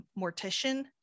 mortician